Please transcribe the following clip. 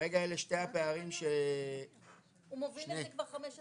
כרגע אלה שתי הפערים ש- -- הוא מוביל את זה כבר 15 שנה.